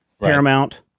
Paramount